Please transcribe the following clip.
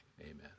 Amen